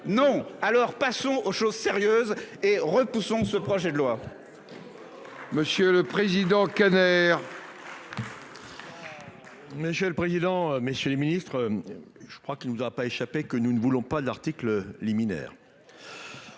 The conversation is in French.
non. Alors passons aux choses sérieuses et repoussons ce projet de loi. Monsieur le Président Kader. Monsieur le président. Messieurs le Ministre. Je crois qu'il ne vous aura pas échappé que nous ne voulons pas d'article liminaire.